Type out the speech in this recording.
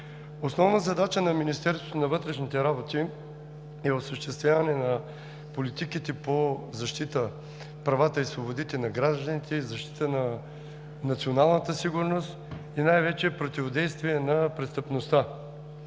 Основна задача на Министерството на вътрешните работи е осъществяване на политиките по защита правата и свободите на гражданите и защита на Националната сигурност, и най-вече противодействие на престъпността.